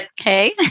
Okay